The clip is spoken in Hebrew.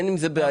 אין עם זה בעיה,